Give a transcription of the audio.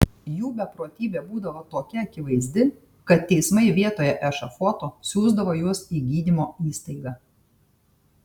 jų beprotybė būdavo tokia akivaizdi kad teismai vietoje ešafoto siųsdavo juos į gydymo įstaigą